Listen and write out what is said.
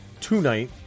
Tonight